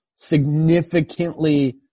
Significantly